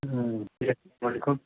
جی السلام علیکم